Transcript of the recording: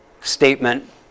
statement